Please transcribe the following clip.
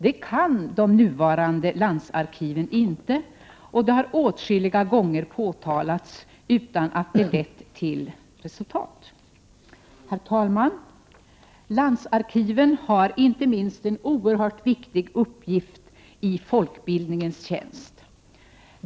Det kan de nuvarande landsarkiven inte, och det har åtskilliga gånger påtalats utan att det lett till resultat. Herr talman! Landsarkiven har inte minst en oerhört viktig uppgift i folkbildningens tjänst.